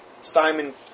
Simon